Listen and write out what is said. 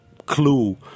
clue